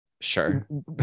Sure